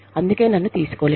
అందుకే నన్ను తీసుకోలేదు